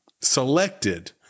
selected